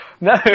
No